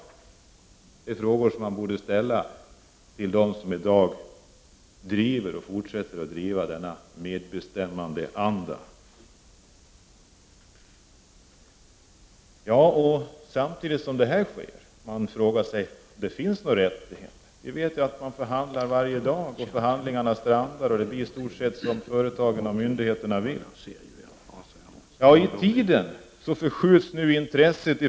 Det är frågor som vi borde ställa till dem som i dag driver — och forsätter att driva — denna medbestämmandeanda. Samtidigt som detta sker kan man fråga sig om det finns några rättigheter. Vi vet ju att det förhandlas varje dag, att förhandlingarna strandar och att det blir i stort sett som företagen och myndigheterna vill. I tiden förskjuts nu intresset.